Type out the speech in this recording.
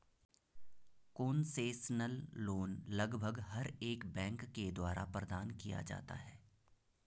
concessional loan लगभग हर एक बैंक के द्वारा प्रदान किया जाता है